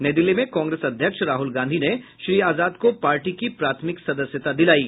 नई दिल्ली में कांग्रेस अध्यक्ष राहुल गांधी ने श्री आजाद को पार्टी की प्राथमिक सदस्यता दिलायी